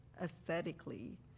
aesthetically